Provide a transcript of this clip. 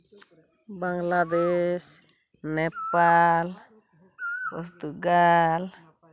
Bangladesh Nepal Portugal